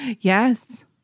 yes